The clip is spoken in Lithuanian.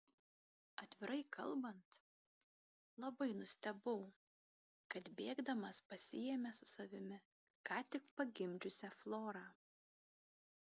atvirai kalbant labai nustebau kad bėgdamas pasiėmė su savimi ką tik pagimdžiusią florą